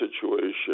situation